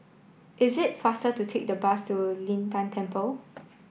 it is faster to take the bus to Lin Tan Temple